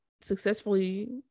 successfully